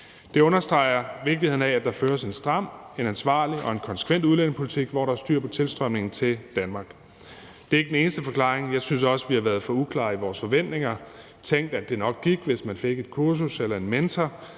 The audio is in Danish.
Det understreger vigtigheden af, at der føres en stram, en ansvarlig og en konsekvent udlændingepolitik, hvor der er styr på tilstrømningen til Danmark. Det er ikke den eneste forklaring. Jeg synes også, vi har været for uklare i vores forventninger og tænkt, at det nok gik, hvis man fik et kursus eller en mentor,